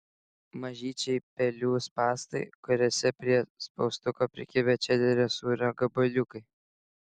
mažyčiai pelių spąstai kuriuose prie spaustuko prikibę čederio sūrio gabaliukai